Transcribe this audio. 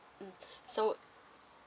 mm so